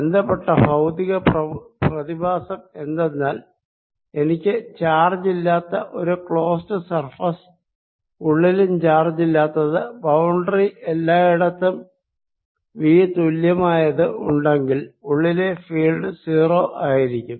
ബന്ധപ്പെട്ട ഭൌതിക പ്രതിഭാസം എന്തെന്നാൽ എനിക്ക് ചാർജ് ഇല്ലാത്ത ഒരു ക്ലോസ്ഡ് സർഫേസ് ഉള്ളിലും ചാർജ് ഇല്ലാത്തത് ബൌണ്ടറി എല്ലായിടത്തും V തുല്യമായത് ഉണ്ടെങ്കിൽ ഉള്ളിലെ ഫീൽഡ് 0 ആയിരിക്കും